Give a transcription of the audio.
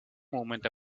moment